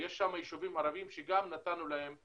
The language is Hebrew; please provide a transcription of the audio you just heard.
יש שם יישובים ערביים שגם נתנו להם מענה.